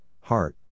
heart